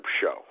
show